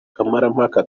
kamarampaka